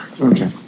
Okay